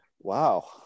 wow